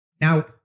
Now